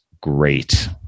Great